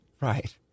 Right